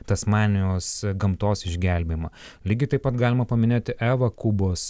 tasmanijos gamtos išgelbėjimą lygiai taip pat galima paminėti evą kubos